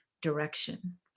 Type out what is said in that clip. direction